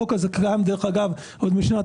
דרך אגב, החוק הזה קיים עוד משנת